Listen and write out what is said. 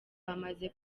hamaze